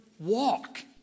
walk